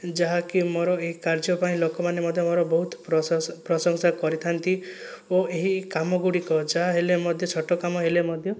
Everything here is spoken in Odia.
ଯାହାକି ମୋର ଏହି କାର୍ଯ୍ୟ ପାଇଁ ଲୋକମାନେ ମଧ୍ୟ ମୋର ବହୁତ ପ୍ରଶଂସା କରିଥାନ୍ତି ଓ ଏହି କାମଗୁଡ଼ିକ ଯାହା ହେଲେ ମଧ୍ୟ ଛୋଟ କାମ ହେଲେ ମଧ୍ୟ